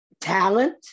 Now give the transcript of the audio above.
talent